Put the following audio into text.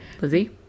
Lizzie